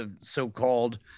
so-called